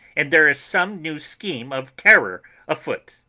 and there is some new scheme of terror afoot!